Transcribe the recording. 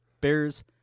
Bears